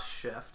Shift